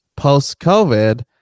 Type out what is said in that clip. Post-COVID